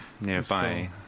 Nearby